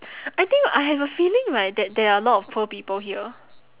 I think I have a feeling right that there are a lot of poor people here